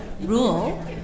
rule